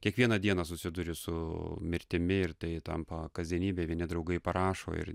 kiekvieną dieną susiduri su mirtimi ir tai tampa kasdienybe vieni draugai parašo ir